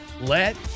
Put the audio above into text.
Let